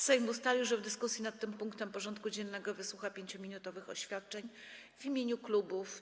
Sejm ustalił, że w dyskusji nad tym punktem porządku dziennego wysłucha 5-minutowych oświadczeń w imieniu klubów i kół.